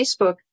Facebook